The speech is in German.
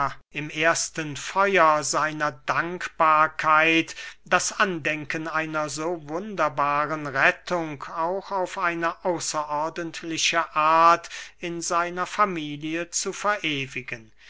im ersten feuer seiner dankbarkeit das andenken einer so wunderbaren rettung auch auf eine außerordentliche art in seiner familie zu verewigen